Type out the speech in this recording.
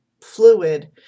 fluid